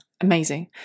amazing